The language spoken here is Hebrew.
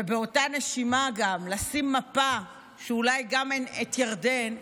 ובאותה נשימה גם לשים מפה שאולי גם אין את ירדן,